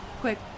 quick